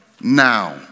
now